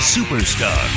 Superstar